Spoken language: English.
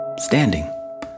standing